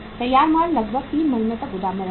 तैयार माल लगभग 3 महीने तक गोदाम में रहेगा